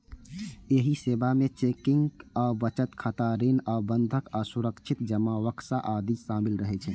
एहि सेवा मे चेकिंग आ बचत खाता, ऋण आ बंधक आ सुरक्षित जमा बक्सा आदि शामिल रहै छै